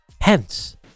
Hence